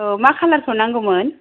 औ मा खालारखौ नांगौमोन